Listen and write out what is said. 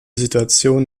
situationen